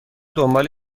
دنبال